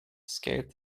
scaled